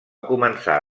començar